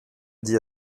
dit